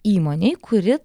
įmonei kuri